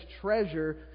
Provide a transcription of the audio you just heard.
treasure